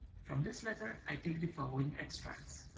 from this letter i take the fol lowing extracts